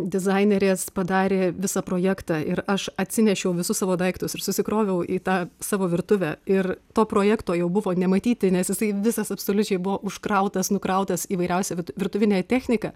dizainerės padarė visą projektą ir aš atsinešiau visus savo daiktus ir susikroviau į tą savo virtuvę ir to projekto jau buvo nematyti nes jisai visas absoliučiai buvo užkrautas nukrautas įvairiausia virtuvine technika